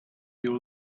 you